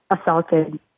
assaulted